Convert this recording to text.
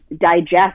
digest